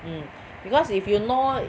mm because if you know